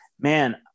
Man